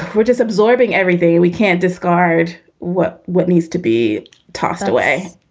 we're just absorbing everything we can't discard. what what needs to be tossed away?